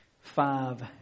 five